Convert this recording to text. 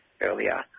earlier